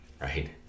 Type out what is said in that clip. right